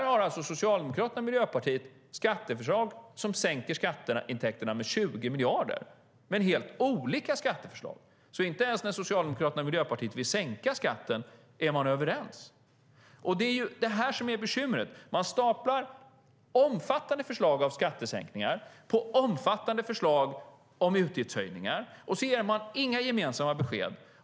Socialdemokraterna och Miljöpartiet har alltså skatteförslag som sänker skatteintäkterna med 20 miljarder. Men det är helt olika skatteförslag. Inte ens när Socialdemokraterna och Miljöpartiet vill sänka skatten är de överens. Det är detta som är bekymret. Man staplar omfattande förslag om skattesänkningar på omfattande förslag om utgiftshöjningar, och så ger man inga gemensamma besked.